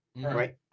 Right